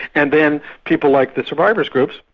and then people like the survivors groups,